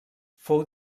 fou